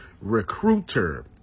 recruiter